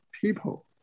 people